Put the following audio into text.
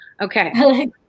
okay